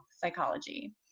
Psychology